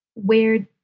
weird.